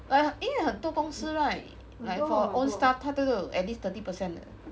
like 因为很多公司 right like for own staff 他都有 thirty percent 的